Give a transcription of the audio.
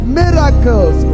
miracles